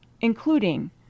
including